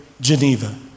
Geneva